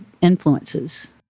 influences